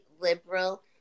liberal